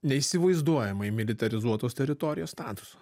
neįsivaizduojamai militarizuotos teritorijos statusą